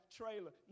trailer